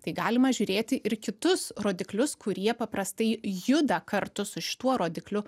tai galima žiūrėti ir kitus rodiklius kurie paprastai juda kartu su šituo rodikliu